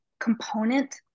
component